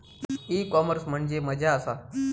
E commerce म्हणजे मझ्या आसा?